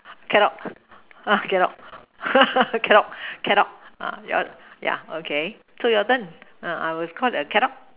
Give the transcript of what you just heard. cadog uh cadog cadog cadog uh ya ya okay so your turn uh I will Call it a cadog